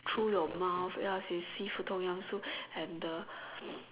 through your mouth ya the seafood Tom-Yum soup have the